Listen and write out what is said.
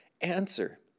answer